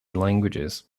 languages